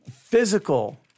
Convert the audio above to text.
physical